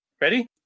Ready